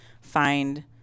find